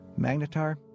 Magnetar